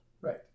right